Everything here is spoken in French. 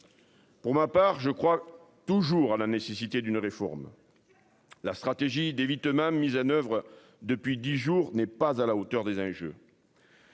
Pour ma part je crois toujours à la nécessité d'une réforme. La stratégie d'évitement mise à oeuvre depuis 10 jours n'est pas à la hauteur des hein je.